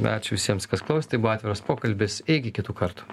ačiū visiems kas klausė tai buvo atviras pokalbis iki kitų kartų